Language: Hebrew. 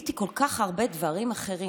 גיליתי כל כך הרבה דברים אחרים.